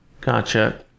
gotcha